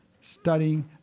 studying